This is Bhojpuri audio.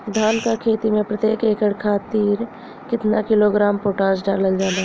धान क खेती में प्रत्येक एकड़ खातिर कितना किलोग्राम पोटाश डालल जाला?